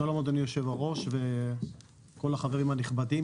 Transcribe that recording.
אדוני היושב-ראש, וכל החברים הנכבדים.